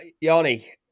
Yanni